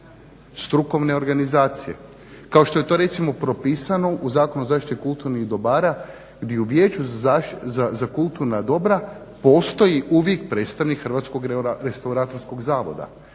strukovne organizacije kao što je to recimo propisano u Zakonu o zaštiti kulturnih dobara gdje u vijeću za kulturna dobra postoji uvijek predstavnik hrvatskog restauratorskog zavoda